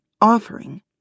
offering